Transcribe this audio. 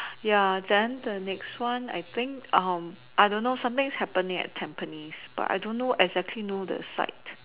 ya then the next one I think I don't know something happening at Tampines but I don't know exactly know the site